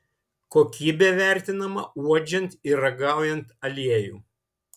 kokybė vertinama uodžiant ir ragaujant aliejų